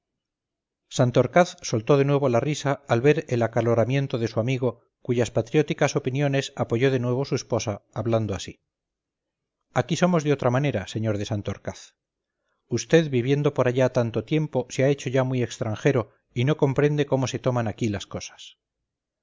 santorcaz soltó de nuevo la risa al ver el acaloramiento de su amigo cuyas patrióticas opiniones apoyó de nuevo su esposa hablando así aquí somos de otra manera sr de santorcaz usted viviendo por allá tanto tiempo se ha hecho ya muy extranjero y no comprende cómo se toman aquí las cosas